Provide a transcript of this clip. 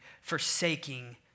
forsaking